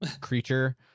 creature